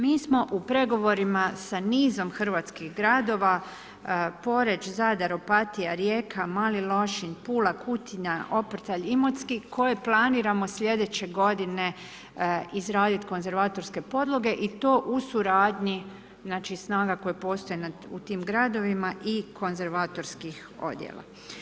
Mi smo u pregovorima sa nizom hrvatskih gradova Poreč, Zadar, Opatija, Rijeka, Mali Lošinj, Pula, Kutina, Oprtalj, Imotski koje planiramo sljedeće godine izraditi konzervatorske podloge i to u suradnji znači snaga koje postoje u tim gradovima i konzervatorskih odjela.